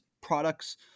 products